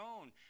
own